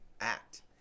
act